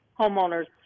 homeowner's